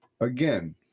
again